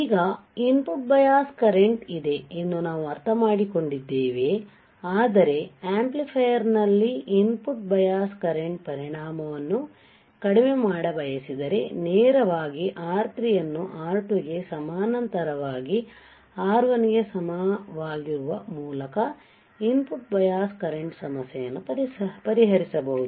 ಈಗ input bias current ಇದೆ ಎಂದು ನಾವು ಅರ್ಥಮಾಡಿಕೊಂಡಿದ್ದೇವೆ ಆದರೆ ಆಂಪ್ಲಿಫೈಯರ್ ನಲ್ಲಿ ಇನ್ ಪುಟ್ ಬಯಾಸ್ ಕರೆಂಟ್ ಪರಿಣಾಮವನ್ನು ಕಡಿಮೆ ಮಾಡಲುಬಯಸಿದರೆ ನೇರವಾಗಿ R3 ಅನ್ನು R2 ಗೆ ಸಮಾನಾಂತರವಾಗಿ R1 ಗೆ ಸಮವಾಗಿರಿಸುವ ಮೂಲಕ ಇನ್ ಪುಟ್ ಬಯಾಸ್ ಕರೆಂಟ್ ಸಮಸ್ಯೆಯನ್ನು ಪರಿಹರಿಸಬಹುದು